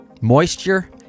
moisture